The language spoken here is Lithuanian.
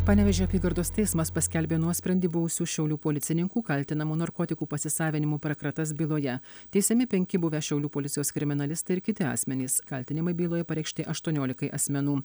panevėžio apygardos teismas paskelbė nuosprendį buvusių šiaulių policininkų kaltinamų narkotikų pasisavinimu per kratas byloje teisiami penki buvę šiaulių policijos kriminalistai ir kiti asmenys kaltinimai byloje pareikšti aštuoniolikai asmenų